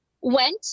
went